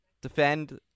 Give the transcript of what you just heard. Defend